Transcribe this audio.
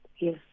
Yes